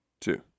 Two